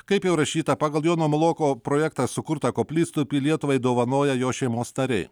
kaip jau rašyta pagal jono muloko projektą sukurtą koplytstulpį lietuvai dovanojo jo šeimos nariai